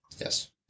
Yes